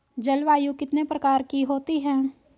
जलवायु कितने प्रकार की होती हैं?